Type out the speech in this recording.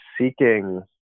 seeking